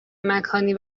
مکانی